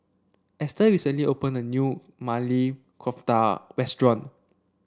Easter recently opened a new Maili Kofta Restaurant